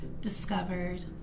discovered